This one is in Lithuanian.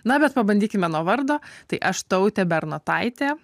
na bet pabandykime nuo vardo tai aš tautė bernotaitė